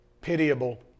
pitiable